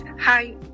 hi